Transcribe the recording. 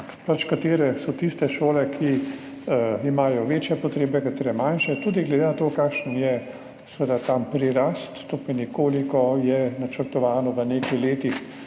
katere so tiste šole, ki imajo večje potrebe, katere manjše, tudi glede na to, kakšen je seveda tam prirast, to pomeni, koliko je načrtovano v nekaj letih,